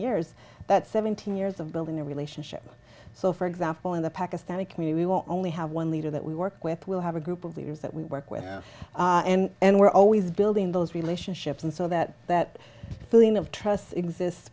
years that's seventeen years of building a relationship so for example in the pakistani community we want only have one leader that we work with we'll have a group of leaders that we work with and we're always building those relationships and so that that feeling of trust exists